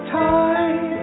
time